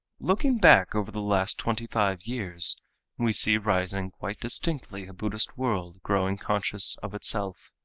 looking back over the last twenty-five years we see rising quite distinctly a buddhist world growing conscious of itself,